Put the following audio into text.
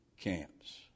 camps